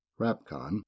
RAPCON